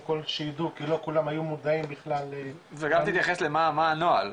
כל שידעו כי לא כולם היו מודעים בכלל --- וגם תתייחס למה הנוהל,